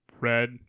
red